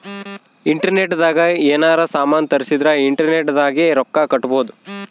internet ದಾಗ ಯೆನಾರ ಸಾಮನ್ ತರ್ಸಿದರ ಇಂಟರ್ನೆಟ್ ದಾಗೆ ರೊಕ್ಕ ಕಟ್ಬೋದು